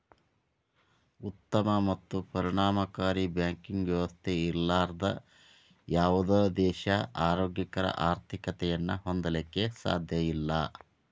ಉತ್ತಮ ಮತ್ತು ಪರಿಣಾಮಕಾರಿ ಬ್ಯಾಂಕಿಂಗ್ ವ್ಯವಸ್ಥೆ ಇರ್ಲಾರ್ದ ಯಾವುದ ದೇಶಾ ಆರೋಗ್ಯಕರ ಆರ್ಥಿಕತೆಯನ್ನ ಹೊಂದಲಿಕ್ಕೆ ಸಾಧ್ಯಇಲ್ಲಾ